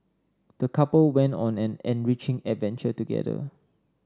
the couple went on an enriching adventure together